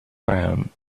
crown